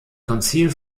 konzil